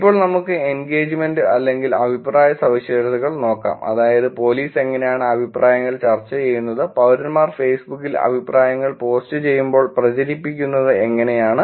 ഇപ്പോൾ നമുക്ക് എൻഗേജ്മെന്റ് അല്ലെങ്കിൽ അഭിപ്രായ സവിശേഷതകൾ നോക്കാം അതായത് പോലീസ് എങ്ങനെയാണ് അഭിപ്രായങ്ങൾ ചർച്ച ചെയ്യുന്നത് പൌരന്മാർ ഫേസ്ബുക്കിൽ അഭിപ്രായങ്ങൾ പോസ്റ്റ് ചെയ്യുമ്പോൾ പ്രചരിപ്പിക്കുന്നത് എങ്ങനെയെന്ന്